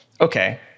okay